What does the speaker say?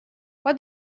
what